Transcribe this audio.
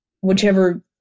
whichever